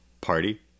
Party